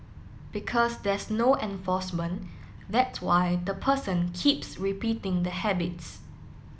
because there's no enforcement that's why the person keeps repeating the habits